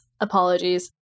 Apologies